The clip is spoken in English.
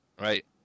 right